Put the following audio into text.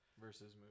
Versus